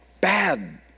bad